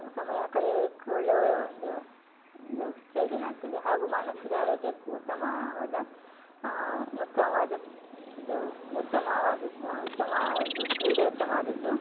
ಸಮಯ ಕಳೆಯೋದಕ್ಕು ಒಳ್ಳೆ ಒಂದು ಇದು ಪ್ರಯೋಜನ ಆಗ್ತದೆ ಹಾಗು ಮಾನಸಿಕ ಆರೋಗ್ಯಕ್ಕು ಉತ್ತಮವಾದ ಉತ್ತಮವಾದ ಇದೂ ಉತ್ತಮವಾದದ್ದು ಉತ್ತಮ ಒಂದು ಕ್ರೀಡೆ ಉತ್ತಮವಾದದ್ದು